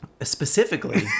Specifically